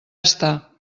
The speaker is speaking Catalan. està